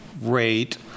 rate